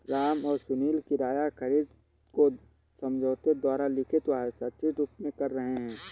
राम और सुनील किराया खरीद को समझौते द्वारा लिखित व हस्ताक्षरित रूप में कर रहे हैं